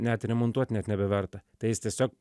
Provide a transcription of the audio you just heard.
net remontuot net nebeverta tai jis tiesiog